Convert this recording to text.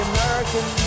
American